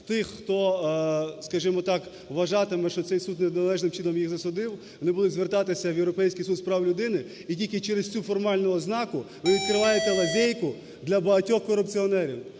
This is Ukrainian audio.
тих, хто, скажімо так, вважатиме, що цей суд неналежним чином їх засудив, вони будуть звертатися у Європейський суд з прав людини. І тільки через цю формальну ознаку ви відкриваєте лазєйку для багатьох корупціонерів.